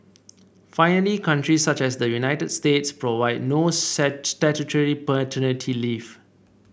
finally countries such as the United States provide no statutory paternity leave